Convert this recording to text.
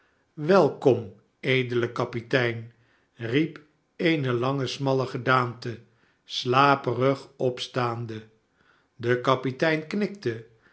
velkom edele kapitein i riep eene lange smalle gedaante slaperig opstaande de kapitein knikte